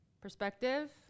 Perspective